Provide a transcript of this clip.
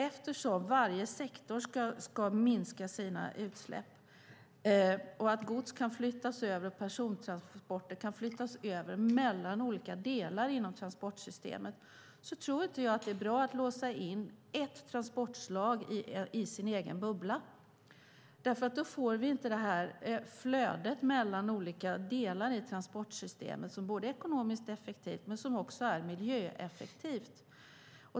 Eftersom varje sektor ska minska sina utsläpp och eftersom gods kan flyttas över och persontransporter kan flyttas mellan olika delar i transportsystemet tror jag inte att det är bra att låsa in ett transportslag i sin bubbla. Då får vi inte det flöde mellan olika delar i transportsystemet som är både ekonomiskt effektivt och miljöeffektivt.